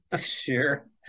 Sure